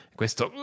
questo